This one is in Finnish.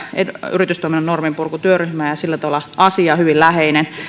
yritystoiminnan norminpurkutyöryhmää ja sillä tavalla asia on hyvin läheinen